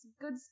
good